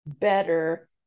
better